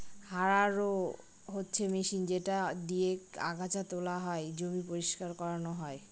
harrow হচ্ছে machine যেটা দিয়েক আগাছা তোলা হয়, জমি পরিষ্কার করানো হয়